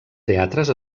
teatres